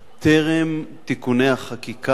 טרם תיקוני החקיקה,